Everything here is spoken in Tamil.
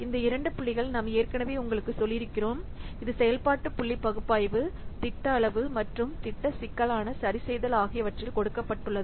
இந்த இரண்டு புள்ளிகள் நாம் ஏற்கனவே உங்களுக்குச் சொல்லியிருக்கிறோம் இது செயல்பாட்டு புள்ளி பகுப்பாய்வு திட்ட அளவு மற்றும் திட்ட சிக்கலான சரிசெய்தல் ஆகியவற்றில் கொடுக்கப்பட்டுள்ளது